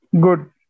Good